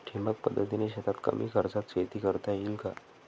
ठिबक पद्धतीने शेतात कमी खर्चात शेती करता येईल का?